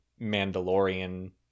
Mandalorian